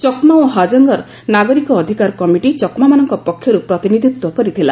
ଚକ୍ମା ଓ ହାଜଙ୍ଗର ନାଗରିକ ଅଧିକାର କମିଟି ଚକ୍ମାମାନଙ୍କ ପକ୍ଷରୁ ପ୍ରତିନିଧିତ୍ୱ କରିଥିଲା